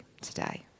today